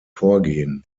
vorgehen